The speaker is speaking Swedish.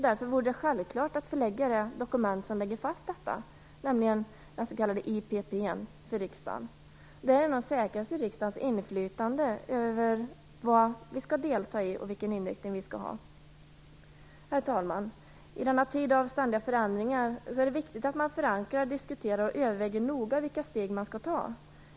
Därför vore det självklart att förelägga det dokument som lägger fast detta, den s.k. IPP:n, för riksdagen. Därigenom säkras riksdagens inflytande över vad vi skall delta i och vilken inriktning vi skall ha. Herr talman! I denna tid av ständiga förändringar är det viktigt att man förankrar, diskuterar och noga överväger vilka steg man skall ta.